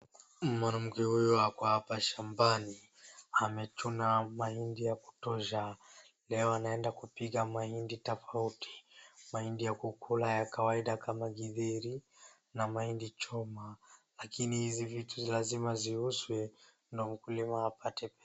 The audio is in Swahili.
Mwanamke huyu ako hapo hapa shambani. Amechuna mahindi yakutosha. Leo anaena kupika mahindi tofauti. Mahindi ya kupika kama githeri na mahindi choma. Lakini hizi vitu lazima ziuzwe ndio mkulima apate pesa.